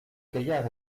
gaillard